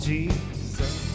Jesus